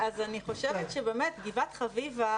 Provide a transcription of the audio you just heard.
גבעת חביבה